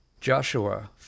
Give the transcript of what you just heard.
Joshua